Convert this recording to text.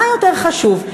מה יותר חשוב,